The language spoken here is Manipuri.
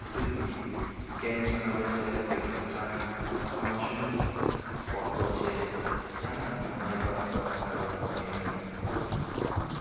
ꯑꯗꯨꯒꯤ ꯒꯦꯝ ꯁꯥꯟꯅꯕꯁꯦ ꯑꯩꯈꯣꯏꯒꯤ ꯍꯛꯆꯥꯡ ꯑꯃꯁꯨꯡ ꯋꯥꯈꯜꯁꯦ ꯌꯥꯝꯅ ꯅꯨꯡꯉꯥꯏꯕ ꯑꯐꯕ ꯐꯪꯉꯦ ꯍꯥꯏꯕꯅꯤ